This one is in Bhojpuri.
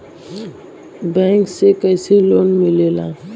बैंक से कइसे लोन मिलेला?